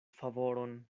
favoron